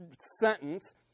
sentence